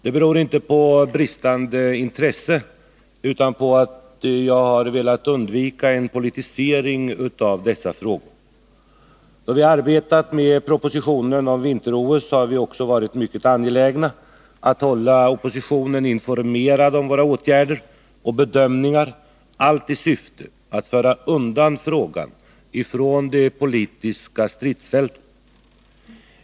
Det beror inte på brist på intresse utan på att jag velat undvika en politisering av dessa frågor. Då vi arbetat med propositionen om vinter-OS har vi också varit mycket angelägna att hålla oppositionen informerad om våra åtgärder och bedömningar, allt i syfte att föra undan frågan från det politiska stridsfältet.